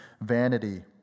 vanity